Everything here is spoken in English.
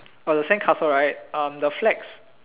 oh the sandcastle right um the flags